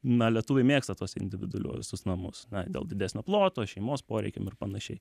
na lietuviai mėgsta tuos individualiuosius namus na dėl didesnio ploto šeimos poreikiam ir panašiai